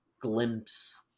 glimpse